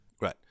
Right